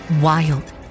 wild